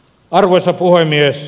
arvoisa puhemies